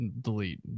delete